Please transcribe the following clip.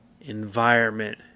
environment